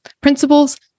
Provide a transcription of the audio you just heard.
principles